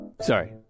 Sorry